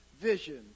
vision